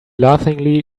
laughingly